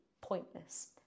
pointless